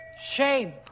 Shame